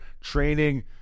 training